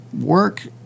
work